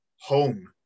home